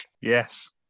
Yes